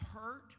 hurt